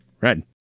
red